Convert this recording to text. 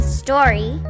story